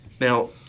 Now